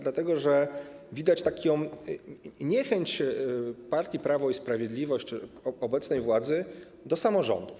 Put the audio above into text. Dlatego że widać niechęć partii Prawo i Sprawiedliwość, obecnej władzy, do samorządów.